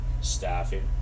staffing